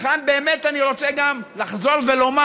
וכאן, באמת אני רוצה גם לחזור ולומר: